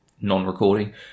non-recording